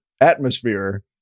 atmosphere